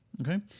okay